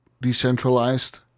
decentralized